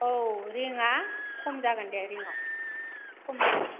औ रिंआ खम जागोन दे रिंआव खम जागोन